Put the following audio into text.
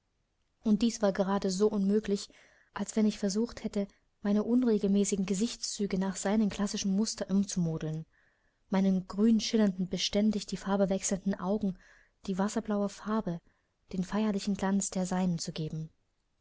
und dies war gerade so unmöglich als wenn ich versucht hätte meine unregelmäßigen gesichtszüge nach seinem klassischen muster umzumodeln meinen grünschillernden beständig die farbe wechselnden augen die wasserblaue farbe den feierlichen glanz der seinen zu geben